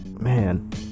Man